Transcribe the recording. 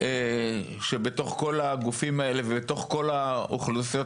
כי בתוך כל הגופים האלה ובתוך כל האוכלוסיות,